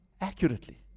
accurately